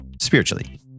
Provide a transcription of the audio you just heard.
spiritually